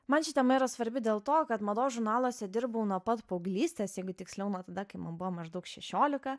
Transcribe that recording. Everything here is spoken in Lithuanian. man ši tema yra svarbi dėl to kad mados žurnaluose dirbau nuo pat paauglystės jeigu tiksliau nuo tada kai man buvo maždaug šešiolika